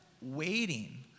waiting